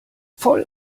voll